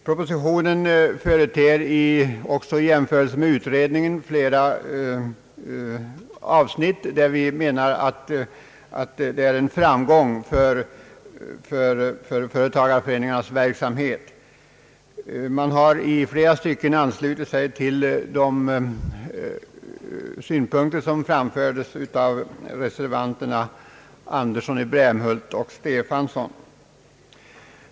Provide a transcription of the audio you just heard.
Propositionen innehåller också i jämförelse med utredningen flera avsnitt som enligt vår mening innebär en framgång för företagareföreningarnas verksamhet. Man har i flera stycken anslutit sig till de synpunkter som framfördes av reservanterna Andersson i Brämhult och Stefanson.